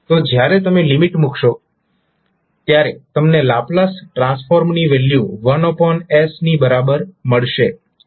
તો જ્યારે તમે લિમિટ મુકશો ત્યારે તમને લાપ્લાસ ટ્રાન્સફોર્મની વેલ્યુ 1s ની બરાબર મળશે